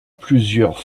plusieurs